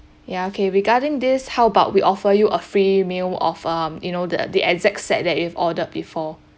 ya okay regarding this how about we offer you a free meal of um you know the the exact set that you've ordered before